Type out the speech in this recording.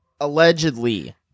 Allegedly